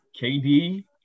KD